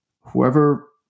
whoever